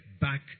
back